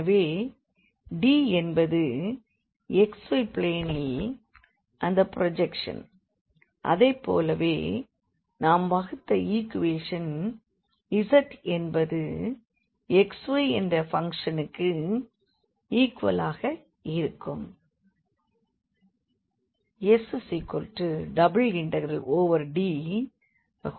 எனவே D என்பது xy பிளேனில் அந்த ப்ரோஜெக்ஷன் அதைப்போலவே நாம் வகுத்த ஈக்குவேஷன் z என்பது xy என்ற பங்க்ஷனுக்கு ஈக்குவல்லாக இருக்கும்